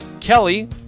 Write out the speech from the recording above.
Kelly